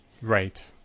Right